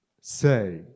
say